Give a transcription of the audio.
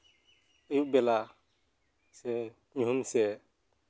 ᱟᱹᱭᱩᱵ ᱵᱮᱞᱟ ᱥᱮ ᱧᱩᱦᱩᱢ ᱥᱮᱫ